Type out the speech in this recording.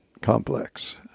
complex